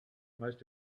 must